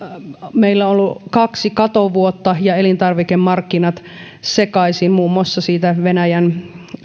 meillä on ollut kaksi katovuotta ja elintarvikemarkkinat sekaisin muun muassa venäjän